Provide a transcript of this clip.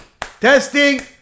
Testing